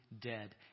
dead